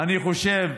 אני חושב,